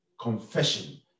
confession